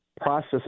process